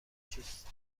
چیست